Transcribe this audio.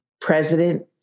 President